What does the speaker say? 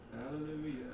Hallelujah